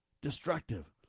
destructive